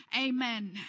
Amen